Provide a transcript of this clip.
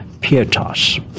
pietas